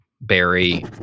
Barry